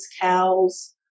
cows